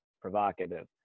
provocative